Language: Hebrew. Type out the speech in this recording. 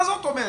מה זאת אומרת?